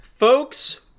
folks